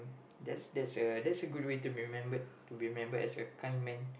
that's that's a that's a good way to be remembered to be remembered as a kind man